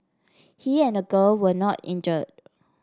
he and the girl were not injured